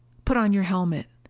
put on your helmet.